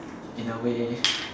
in a way